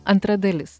antra dalis